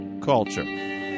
Culture